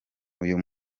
uyu